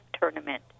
tournament